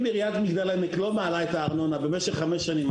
אם עיריית מגדל העמק לא מעלה את הארנונה במשך חמש שנים,